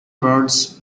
birds